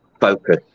focus